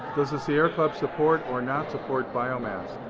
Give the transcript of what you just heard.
does the sierra club support or not support biomass?